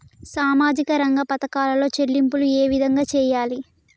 సామాజిక రంగ పథకాలలో చెల్లింపులు ఏ విధంగా చేయాలి?